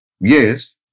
Yes